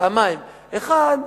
פעמיים: אחד,